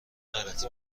غلتی